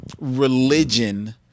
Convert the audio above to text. religion